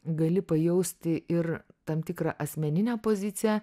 gali pajausti ir tam tikrą asmeninę poziciją